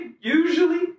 usually